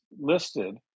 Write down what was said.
listed